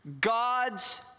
God's